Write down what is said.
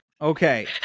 Okay